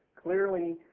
clearly,